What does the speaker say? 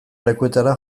lekuetara